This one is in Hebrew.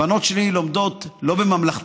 הבנות שלי לומדות לא בממלכתי-דתי,